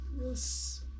Yes